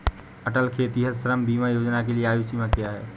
अटल खेतिहर श्रम बीमा योजना के लिए आयु सीमा क्या है?